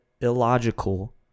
illogical